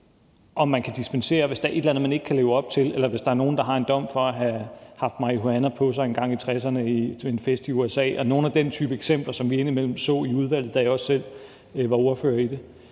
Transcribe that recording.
om man kan dispensere, hvis der er et eller andet, man ikke kan leve op til, eller hvis der er nogen, der har en dom for at have haft marihuana på sig til en fest i USA engang i 60’erne, og nogle af den type eksempler, som vi indimellem så i udvalget, da jeg også selv var ordfører i det.